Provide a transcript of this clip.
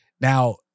Now